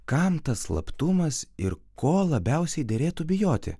kam tas slaptumas ir ko labiausiai derėtų bijoti